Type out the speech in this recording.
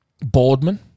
Boardman